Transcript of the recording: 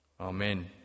Amen